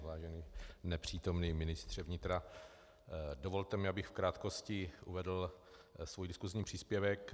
Vážený nepřítomný ministře vnitra, dovolte mi, abych v krátkosti uvedl svůj diskusní příspěvek.